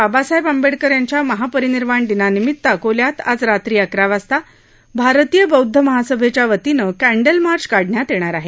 बाबासाहेब आंबेडकर यांच्या महापरिनिर्वाण दिनानिमित अकोल्यात आज रात्री अकरा वाजता भारतीय बौदध महासभेच्या वतीने कँडल मार्च काढण्यात येणार आहे